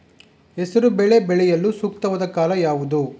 ಹೆಸರು ಬೇಳೆ ಬೆಳೆಯಲು ಸೂಕ್ತವಾದ ಕಾಲ ಯಾವುದು?